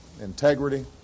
integrity